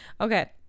okay